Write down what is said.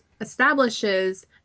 establishes